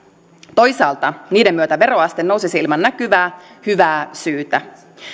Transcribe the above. toisaalta niiden myötä veroaste nousisi ilman näkyvää hyvää syytä